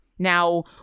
Now